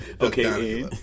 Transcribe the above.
Okay